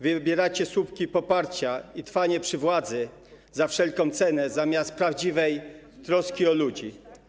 Wybieracie słupki poparcia i trwanie przy władzy za wszelką cenę zamiast prawdziwej troski o ludzi.